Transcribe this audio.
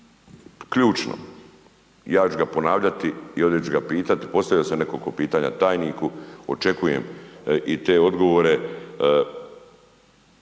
ključno, ja ću ga ponavljati i ovdje ću ga pitati, postavio sam nekoliko pitanja tajniku, očekujem i te odgovore.